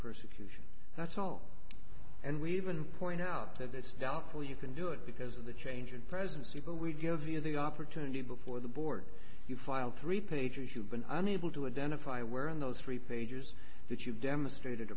persecution that's all and we even point out that it's doubtful you can do it because of the change in presidency but we give you the opportunity before the board you file three pages you've been unable to identify where in those three pages that you've demonstrated